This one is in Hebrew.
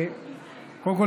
קודם כול,